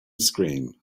scream